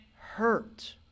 hurt